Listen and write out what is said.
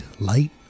light